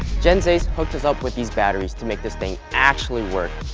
gens ace hooked us up with these batteries to make this thing actually work.